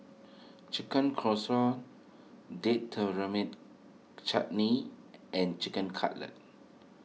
Chicken Casserole Date Tamarind Chutney and Chicken Cutlet